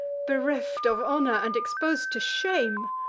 bereft of honor, and expos'd to shame.